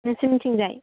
नोंसिनिथिंजाय